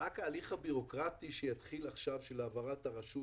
רק ההליך הבירוקרטי שיתחיל עכשיו של העברת הרשות,